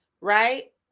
right